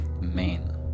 Main